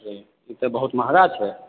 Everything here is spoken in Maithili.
ई तऽ बहुत महगा छै